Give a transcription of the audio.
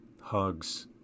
hugs